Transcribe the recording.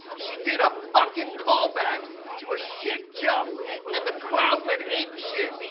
she did a fucking callback to a shit joke and the crowd went apeshit,